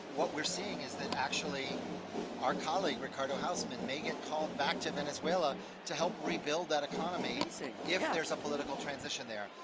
what we're seeing is that actually our colleague, ricardo houseman may get called back to venezuela to help rebuild that economy and yeah if if there's a political transition there.